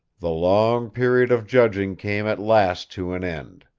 the long period of judging came at last to an end.